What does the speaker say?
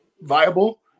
viable